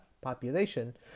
population